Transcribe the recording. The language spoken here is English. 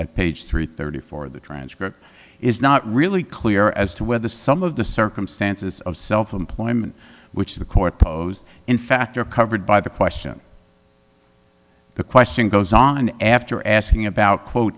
at page three thirty four the transcript is not really clear as to whether some of the circumstances of self employment which the court posed in fact are covered by the question the question goes on after asking about quote